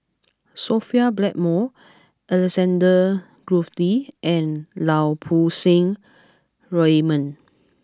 Sophia Blackmore Alexander Guthrie and Lau Poo Seng Raymond